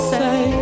say